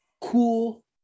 cool